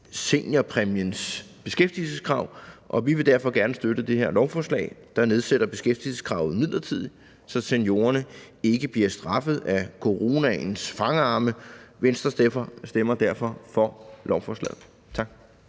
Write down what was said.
seniorpræmiens beskæftigelseskrav, og vi vil derfor gerne støtte det her lovforslag, der nedsætter beskæftigelseskravet midlertidigt, så seniorerne ikke bliver straffet af coronaens fangarme. Venstre stemmer derfor for lovforslaget. Tak.